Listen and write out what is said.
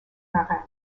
marin